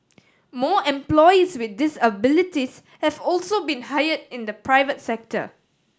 more employees with disabilities have also been hired in the private sector